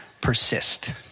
Persist